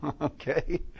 Okay